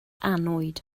annwyd